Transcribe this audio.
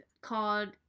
called